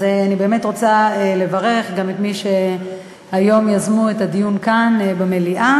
אז אני באמת רוצה לברך גם את מי שיזמו את הדיון כאן במליאה